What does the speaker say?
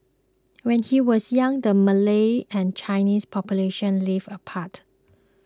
when he was young the Malay and Chinese populations lived apart